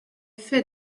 fait